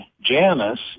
janus